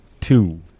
Two